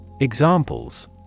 Examples